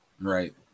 right